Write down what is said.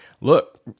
look